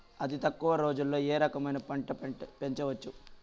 అతి తక్కువ రోజుల్లో ఏ రకమైన పంట పెంచవచ్చు?